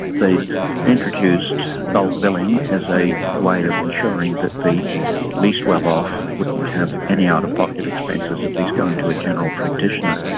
they introduced bulk-billing as a way of ensuring that the least well-off wouldn't have any out-of-pocket expenses, at least going to a general practitioner.